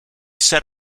set